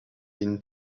been